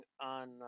on